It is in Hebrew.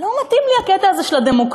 לא מתאים לי הקטע הזה של הדמוקרטיה.